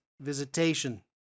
visitation